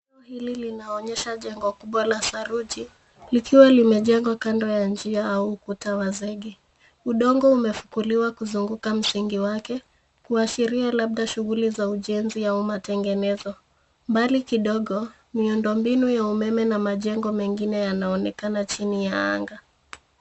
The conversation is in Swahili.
Jengo hili linaonyesha jengo kubwa la saruji likiwa limejengwa kando ya njia au ukuta wa zege. Udongo umefukuliwa kuzunguka msingi wake kuashiria labda shughuli za ujenzi au matengenezo. Mbali kidogo, miundombinu ya umeme na majengo mengine yanaonekana chini ya anga.